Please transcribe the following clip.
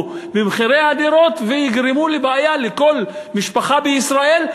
במחירי הדירות ויגרמו בעיה לכל משפחה בישראל,